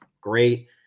Great